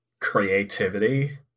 creativity